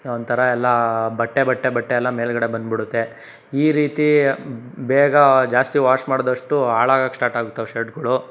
ಒಂಥರ ಎಲ್ಲ ಬಟ್ಟೆ ಬಟ್ಟೆ ಬಟ್ಟೆಯೆಲ್ಲ ಮೇಲ್ಗಡೆ ಬಂದ್ಬಿಡುತ್ತೆ ಈ ರೀತಿ ಬೇಗ ಜಾಸ್ತಿ ವಾಶ್ ಮಾಡಿದಷ್ಟು ಹಾಳಾಗೋಕ್ಕೆ ಸ್ಟಾರ್ಟಾಗತ್ತೆ ಆ ಶರ್ಟ್ಗಳು